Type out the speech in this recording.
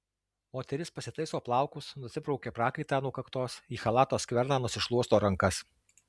moteris pasitaiso plaukus nusibraukia prakaitą nuo kaktos į chalato skverną nusišluosto rankas